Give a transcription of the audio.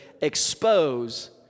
expose